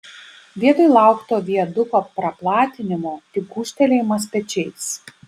vietoj laukto viaduko praplatinimo tik gūžtelėjimas pečiais